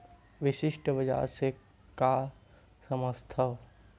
विशिष्ट बजार से का समझथव?